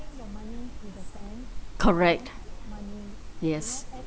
correct yes